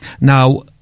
Now